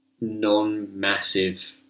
non-massive